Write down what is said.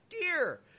gear